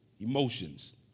emotions